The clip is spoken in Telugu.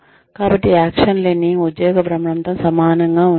కాబట్టి యాక్షన్ లెర్నింగ్ ఉద్యోగ భ్రమణంతో సమానంగా ఉంటుంది